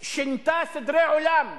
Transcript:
ששינתה סדרי עולם בבנק,